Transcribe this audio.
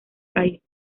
país